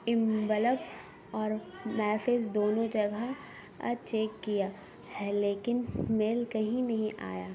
امبلپ اور میسج دونوں جگہ چیک کیا ہے لیکن میل کہیں نہیں آیا